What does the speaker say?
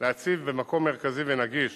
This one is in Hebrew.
להציב במקום מרכזי ונגיש